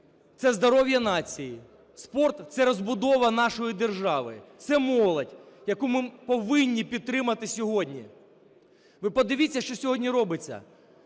це здоров'я нації. Спорт – це розбудова нашої держави, це молодь, яку ми повинні підтримати сьогодні. Ви подивіться, що сьогодні робиться: